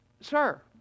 sir